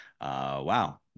wow